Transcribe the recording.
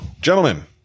gentlemen